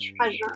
treasure